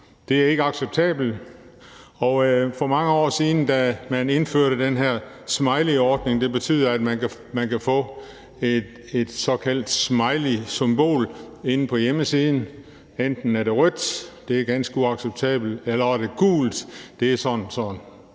Det er ikke acceptabelt. For mange år siden indførte man den her smileyordning, der betyder, at man kan få en såkaldt smiley som mål inde på hjemmesiden. Enten er den rød, og det er ganske uacceptabelt, eller også er den gul, og det er sådan: